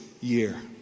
year